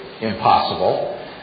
impossible